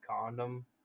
condom